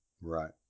Right